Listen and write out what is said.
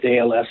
ALS